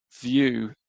view